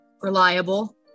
reliable